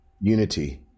Unity